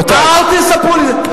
רבותי.